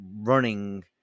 running